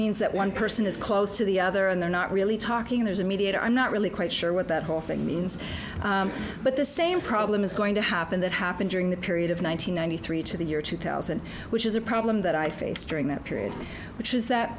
means that one person is close to the other and they're not really talking there's a mediator i'm not really quite sure what that whole thing means but the same problem is going to happen that happened during the period of one thousand nine hundred three to the year two thousand which is a problem that i face during that period which is that